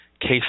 case